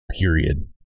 period